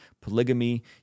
polygamy